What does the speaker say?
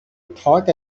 thought